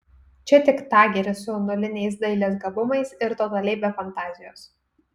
čia tik tageris su nuliniais dailės gabumais ir totaliai be fantazijos